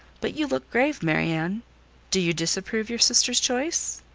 but you look grave, marianne do you disapprove your sister's choice?